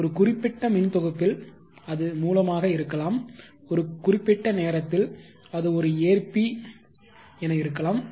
ஒரு குறிப்பிட்ட மின்தொகுப்பில் அது மூலமாக இருக்கலாம் ஒரு குறிப்பிட்ட நேரத்தில் அது ஒரு ஏற்பி என இருக்கலாம்